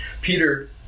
Peter